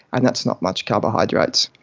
and that's not much carbohydrates.